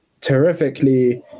terrifically